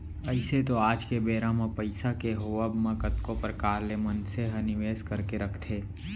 अइसे तो आज के बेरा म पइसा के होवब म कतको परकार ले मनसे ह निवेस करके रखथे